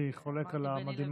הייתי חולק על "מדהימה".